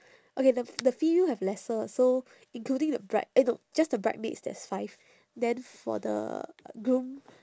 okay the the field have lesser so including the bride eh no just the bridesmaids there is five then for the uh groom